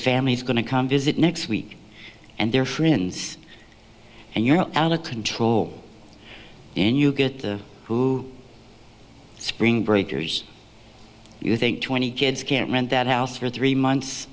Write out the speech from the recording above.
family's going to come visit next week and their friends and you're out of control and you get the spring breakers you think twenty kids can't rent that house for three months